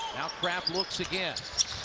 now craft looks again.